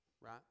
right